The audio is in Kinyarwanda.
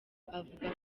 avuga